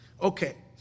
Okay